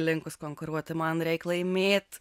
linkus konkuruoti man reik laimėt